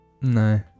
No